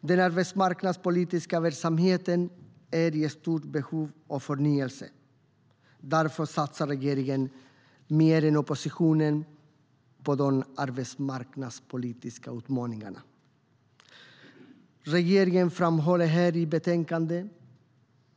Den är i stort behov av förnyelse. Därför satsar regeringen mer än oppositionen på de arbetsmarknadspolitiska utmaningarna. Regeringen framhåller i